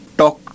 talk